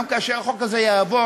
גם כאשר החוק הזה יעבור,